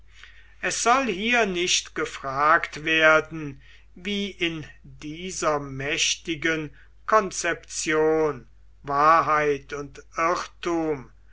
es soll hier nicht gefragt werden wie in dieser mächtigen konzeption wahrheit und irrtum